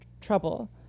trouble